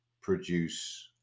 produce